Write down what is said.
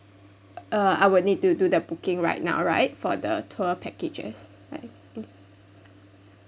uh I would need to do the booking right now right for the tour packages right